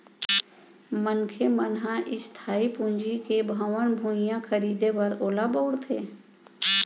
मनखे मन ह इस्थाई पूंजी ले भवन, भुइयाँ खरीदें बर ओला बउरथे